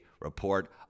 Report